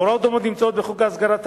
הוראות דומות נמצאות בחוק ההסגרה,